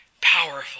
powerful